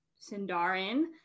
sindarin